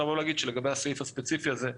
לגבי הסעיף הספציפי הזה,